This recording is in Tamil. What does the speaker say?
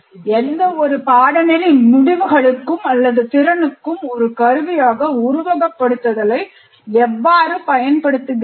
எந்தவொரு பாடநெறி முடிவுகளுக்கும் அல்லது திறனுக்கும் ஒரு கருவியாக உருவகப்படுத்துதலை எவ்வாறு பயன்படுத்துகிறீர்கள்